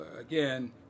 again